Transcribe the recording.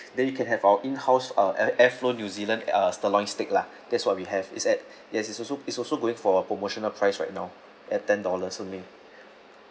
then you can have our in-house uh air~ air flown new zealand uh sirloin steak lah that's what we have is that yes it's also it's also going for promotional price right now at ten dollars only